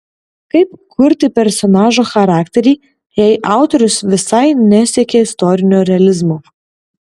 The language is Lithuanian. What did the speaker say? kaip kurti personažo charakterį jei autorius visai nesiekė istorinio realizmo